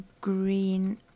green